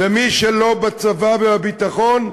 ומי שלא בצבא ובביטחון,